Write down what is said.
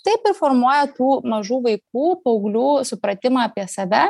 taip ir formuoja tų mažų vaikų paauglių supratimą apie save